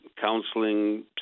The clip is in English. counseling